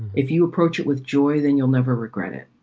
if you approach it with joy, then you'll never regret it.